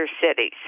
cities